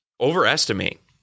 overestimate